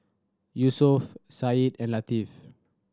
Yusuf Said and Latif